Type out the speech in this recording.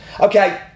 Okay